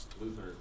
Luther